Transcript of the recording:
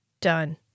Done